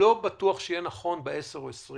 לא בטוח שיהיה נכון בעשר-עשרים